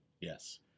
Yes